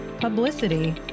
publicity